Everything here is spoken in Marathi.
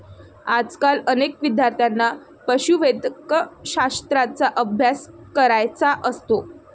आजकाल अनेक विद्यार्थ्यांना पशुवैद्यकशास्त्राचा अभ्यास करायचा असतो